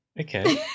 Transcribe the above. Okay